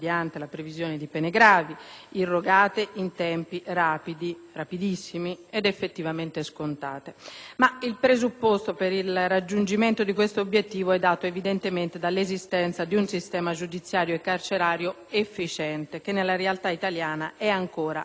irrogate in tempi rapidissimi ed effettivamente scontate. Il presupposto per il raggiungimento di questo obiettivo è dato, però, dall'esistenza di un sistema giudiziario e carcerario efficiente che nella realtà italiana è ancora a livello di utopia.